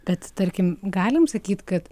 tad tarkim galim sakyt kad